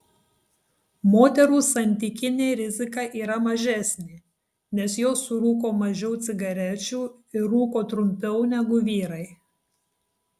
moterų santykinė rizika yra mažesnė nes jos surūko mažiau cigarečių ir rūko trumpiau negu vyrai